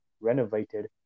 renovated